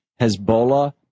Hezbollah